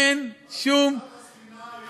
אין שום, אבל מה הספינה יכולה לסייע?